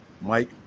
Mike